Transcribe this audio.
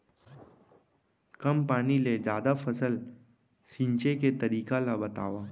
कम पानी ले जादा फसल सींचे के तरीका ला बतावव?